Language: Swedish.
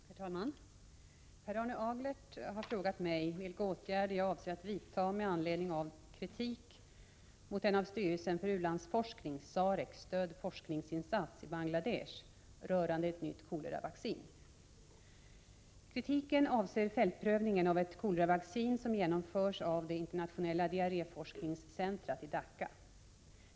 Herr talman! Per Arne Aglert har frågat mig vilka åtgärder jag avser vidta med anledning av kritik mot en av styrelsen för u-landsforskning stödd forskningsinsats i Bangladesh rörande ett nytt koleravaccin. Kritiken avser fältprövningen av ett koleravaccin som genomförs av det internationella diarréforskningscentret i Dacca.